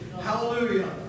Hallelujah